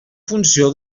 funció